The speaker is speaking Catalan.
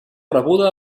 rebuda